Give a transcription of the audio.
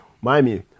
Miami